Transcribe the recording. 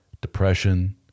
depression